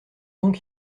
donc